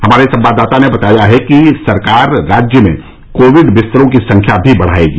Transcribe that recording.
हमारे संवाददाता ने बताया है कि सरकार राज्य में कोविड बिस्तरों की संख्या भी बढायेगी